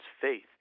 faith